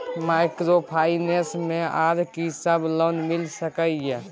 Microfinance मे आर की सब लोन मिल सके ये?